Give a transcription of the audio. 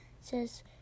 says